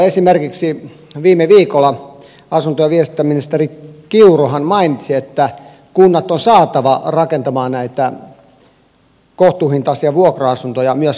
esimerkiksi viime viikolla asunto ja viestintäministeri kiuruhan mainitsi että kunnat on saatava rakentamaan näitä kohtuuhintaisia vuokra asuntoja myös kehyskuntiin